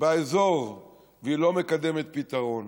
באזור והיא לא מקדמת פתרון.